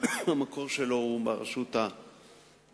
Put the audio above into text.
המקור שלו הוא ברשות המקומית,